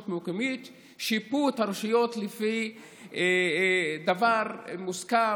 מקומית ושיפו את הרשויות לפי דבר מוסכם,